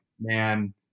man